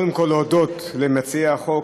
קודם כול צריך להודות למציעי החוק,